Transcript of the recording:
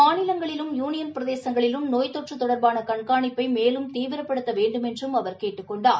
மாநிலங்களிலும் யுனியன் பிரதேசங்களும் நோய் தொற்றுதொடர்பானகண்காணிப்பைமேலும் தீவிரபடுத்தவேண்டுமென்றும் அவர் கேட்டுக் கொண்டார்